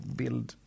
bild